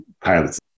pilots